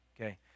Okay